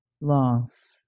loss